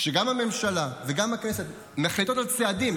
שגם הממשלה וגם הכנסת מחליטות על צעדים,